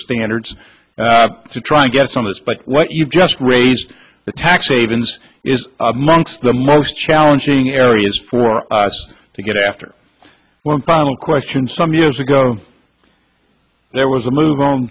standards to try and get some of this but what you've just raised the taxations is amongst the most challenging areas for us to get after one final question some years ago there was a move on